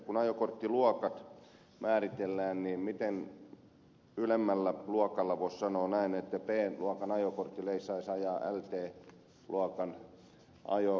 kun ajokorttiluokat määritellään niin miten ylemmällä luokalla voisi sanoa näin b luokan ajokortilla ei saisi ajaa lt luokan ajoneuvoa